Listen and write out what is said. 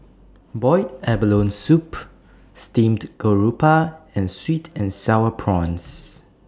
boiled abalone Soup Steamed Garoupa and Sweet and Sour Prawns